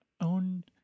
own